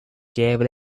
gave